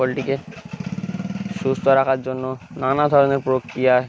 পোলট্রিকে সুস্থ রাখার জন্য নানা ধরনের প্রক্রিয়ায়